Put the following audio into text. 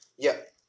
yup